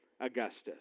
Augustus